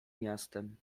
miastem